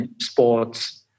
sports